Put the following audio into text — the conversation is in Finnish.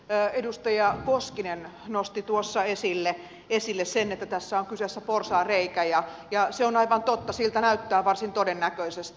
edustaja koskinen nosti tuossa esille sen että tässä on kyseessä porsaanreikä ja se on aivan totta siltä näyttää varsin todennäköisesti